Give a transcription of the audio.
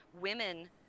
Women